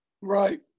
Right